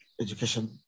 education